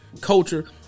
culture